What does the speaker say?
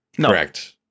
Correct